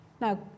Now